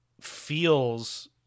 feels